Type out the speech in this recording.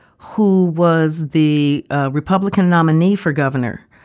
who was the republican nominee for governor,